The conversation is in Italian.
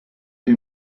più